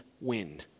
win